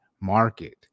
market